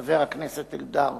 חבר הכנסת אלדד?